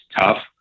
tough